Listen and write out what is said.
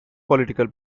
political